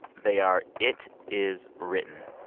they are it is written.